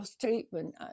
treatment